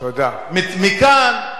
לא, לא,